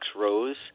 Rose